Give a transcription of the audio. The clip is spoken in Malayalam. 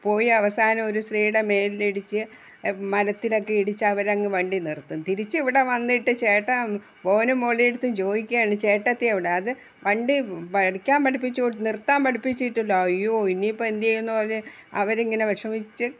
പോയി അവസാനം ഒരു സ്ത്രീയുടെ മേലിലിടിച്ച് മരത്തിലൊക്കെ ഇടിച്ച് അവരങ്ങ് വണ്ടി നിർത്തും തിരിച്ചിവിടെ വന്നിട്ട് ചേട്ടൻ ബോബനും മോളിയുടെ അടുത്തും ചോദിക്കയാണ് ചേട്ടത്തി എവിടെ അതു വണ്ടി പഠിക്കാൻ പഠിപ്പിച്ചു കൊടുത്തു നിർത്താൻ പഠിപ്പിച്ചിട്ടില്ല അയ്യോ ഇനിയിപ്പോൾ എന്തേയുന്ന് പറഞ്ഞ് അവരിങ്ങനെ വിഷമിച്ച്